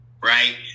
right